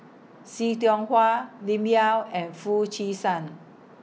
See Tiong Hua Lim Yau and Foo Chee San